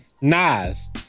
Nas